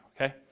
okay